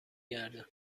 گردم